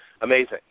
amazing